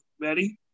ready